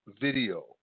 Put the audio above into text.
video